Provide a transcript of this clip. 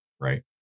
right